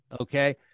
okay